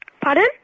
Pardon